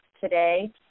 today